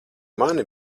mani